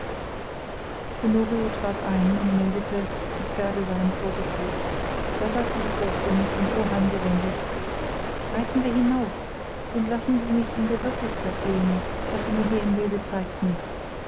honorio trat ein und meldete die pferde seien vorgeführt da sagte die fürstin zum oheim gewendet reiten wir hinauf und lassen sie mich in der wirklichkeit sehen was sie mir hier im bilde zeigten